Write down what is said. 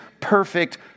perfect